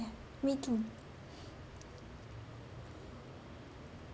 yeah me too